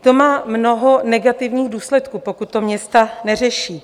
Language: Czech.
To má mnoho negativních důsledků, pokud to města neřeší.